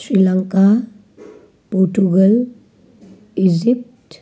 Sri Lanka Portugal Egypt